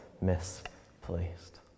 misplaced